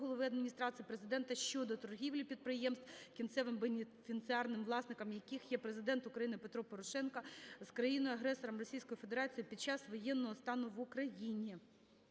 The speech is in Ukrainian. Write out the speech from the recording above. Голови Адміністрації Президента щодо торгівлі підприємств, кінцевим бенефіціарним власником яких є Президент України Петро Порошенко, з країною-агресором Російською Федерацією під час воєнного стану в Україні.